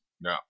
No